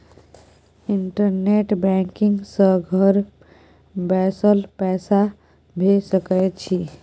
internet banking सँ घर बैसल पैसा भेज सकय छी